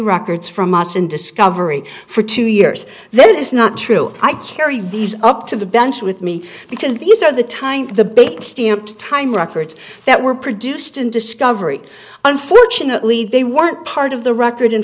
records from us and discovery for two years that is not true i carry these up to the bench with me because these are the times the big stamp time records that were produced in discovery unfortunately they weren't part of the record in